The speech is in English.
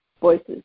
voices